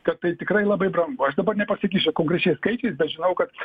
kad tai tikrai labai brangu aš dabar nepasakysiu konkrečiais skaičiais bet žinau kad